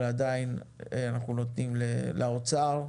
אבל עדיין אנחנו נותנים לאוצר,